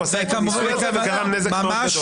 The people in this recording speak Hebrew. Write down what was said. הוא עשה ניסוי וגרם נזק מאוד גדול.